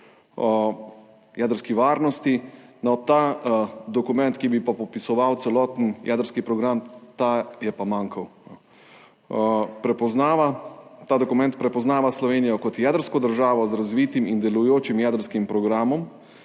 jedrski varnosti. Dokument, ki bi popisoval celoten jedrski program, ta je pa manjkal. Ta dokument prepoznava Slovenijo kot jedrsko državo z razvitim in delujočim jedrskim programom.